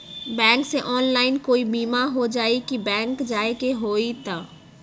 Bank से online कोई बिमा हो जाई कि बैंक जाए के होई त?